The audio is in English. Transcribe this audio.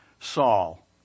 Saul